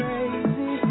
Crazy